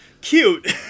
Cute